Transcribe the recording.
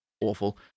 awful